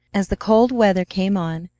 as the cold weather came on,